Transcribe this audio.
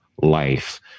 life